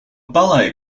ballet